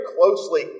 closely